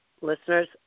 listeners